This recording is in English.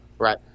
Right